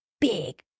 big